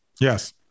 Yes